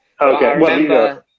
Okay